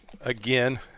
again